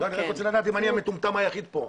אני רוצה לדעת אם אני המטומטם היחיד כאן.